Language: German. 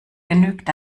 genügt